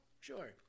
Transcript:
Sure